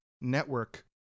network